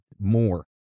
more